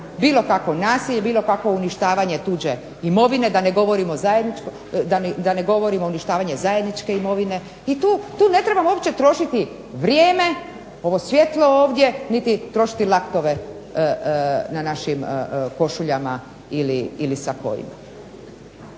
bilo kakvo nasilje, bilo kakvo uništavanje tuđe imovine, da ne govorim o uništavanju zajedničke imovine i tu ne trebamo uopće trošiti vrijeme, ovo svjetlo ovdje niti trošiti laktove na našim košuljama ili sakoima.